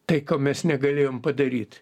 tai ko mes negalėjom padaryt